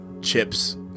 chips